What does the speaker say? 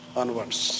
onwards